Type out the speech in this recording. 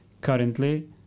Currently